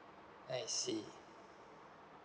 I see